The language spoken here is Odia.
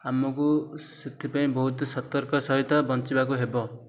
ଆମକୁ ସେଥିପାଇଁ ବହୁତ ସତର୍କ ସହିତ ବଞ୍ଚିବାକୁ ହେବ